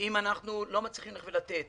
ואם אנחנו לא מצליחים לתת